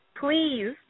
please